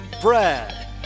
Brad